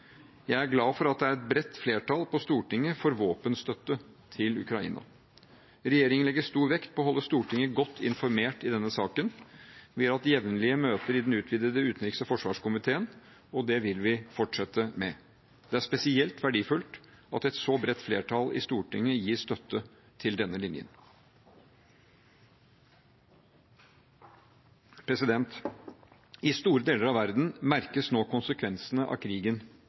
Jeg er glad for at det er et bredt flertall på Stortinget for våpenstøtte til Ukraina. Regjeringen legger stor vekt på å holde Stortinget godt informert i denne saken. Vi har hatt jevnlige møter i den utvidete utenriks- og forsvarskomiteen, og det vil vi fortsette med. Det er spesielt verdifullt at et så bredt flertall i Stortinget gir støtte til denne linjen. I store deler av verden merkes nå konsekvensene av krigen